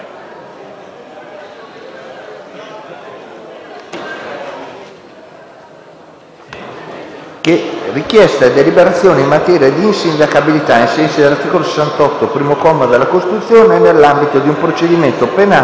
richiesta di deliberazione in materia di insindacabilità, ai sensi dell'articolo 68, primo comma, della Costituzione, nell'ambito di un procedimento penale